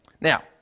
Now